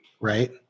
Right